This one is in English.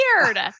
weird